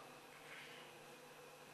ההצעה להעביר את